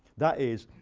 that is,